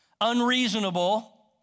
unreasonable